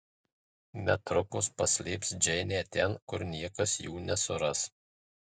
netrukus paslėps džeinę ten kur niekas jų nesuras